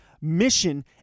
mission